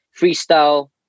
freestyle